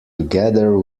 together